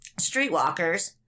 streetwalkers